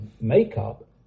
makeup